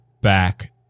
back